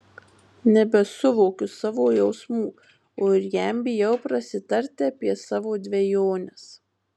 nebesuvokiu savo jausmų o ir jam bijau prasitarti apie savo dvejones